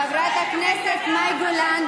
חברת הכנסת מאי גולן,